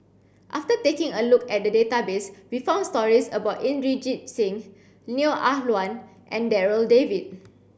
after taking a look at the database we found stories about Inderjit Singh Neo Ah Luan and Darryl David